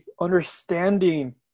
understanding